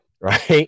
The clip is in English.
right